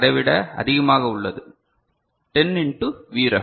அதை விட அதிகமாக உள்ளது 10 இண்டு Vref